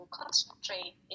concentrate